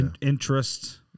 interest